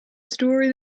story